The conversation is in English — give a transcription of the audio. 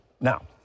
Now